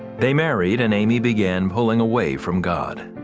they married and ammie began pull and away from god.